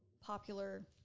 popular